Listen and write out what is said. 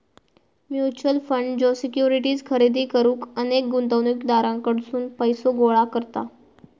mutual fund ज्यो securities खरेदी करुक अनेक गुंतवणूकदारांकडसून पैसो गोळा करता